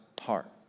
heart